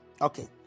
Okay